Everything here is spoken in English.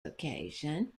occasion